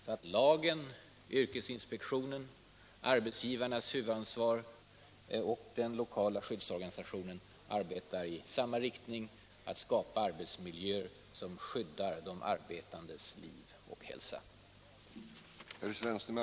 Arbetsmiljölagen, yrkesinspektionen, arbetsgivarnas huvudansvar och den lokala skyddsorganisationen arbetar i samma riktning: att skapa miljöer som skyddar de arbetandes liv och hälsa.